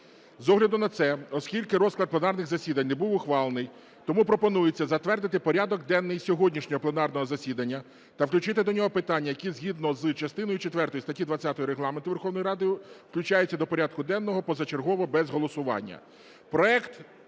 З огляду на це, оскільки розклад пленарних засідань не був ухвалений, тому пропонується затвердити порядок денний сьогоднішнього пленарного засідання та включити до нього питання, які згідно з частиною четвертою статті 20 Регламенту Верховної Ради включаються до порядку денного позачергово без голосування.